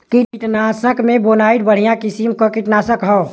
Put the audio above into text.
कीटनाशक में बोनाइट बढ़िया किसिम क कीटनाशक हौ